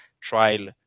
trial